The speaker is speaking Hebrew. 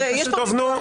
חבל, יש פה ויכוח.